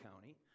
County